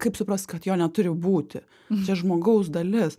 kaip suprast kad jo neturi būti čia žmogaus dalis